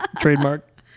Trademark